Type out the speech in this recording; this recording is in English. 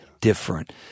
different